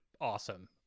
awesome